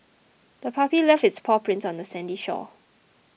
the puppy left its paw prints on the sandy shore